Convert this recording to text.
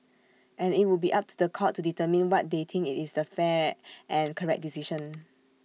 and IT would be up to The Court to determine what they think IT is the fair and correct decision